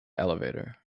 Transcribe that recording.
elevator